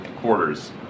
quarters